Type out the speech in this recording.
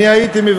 אני הייתי,